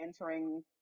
entering